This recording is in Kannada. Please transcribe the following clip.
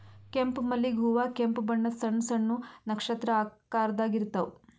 ಕೆಂಪ್ ಮಲ್ಲಿಗ್ ಹೂವಾ ಕೆಂಪ್ ಬಣ್ಣದ್ ಸಣ್ಣ್ ಸಣ್ಣು ನಕ್ಷತ್ರ ಆಕಾರದಾಗ್ ಇರ್ತವ್